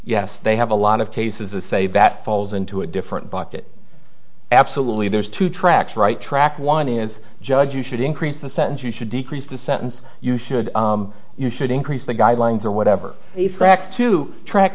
yes they have a lot of cases a say that falls into a different bucket absolutely there's two tracks right track one is judge you should increase the sentence you should decrease the sentence you should you should increase the guidelines or whatever it's cracked to track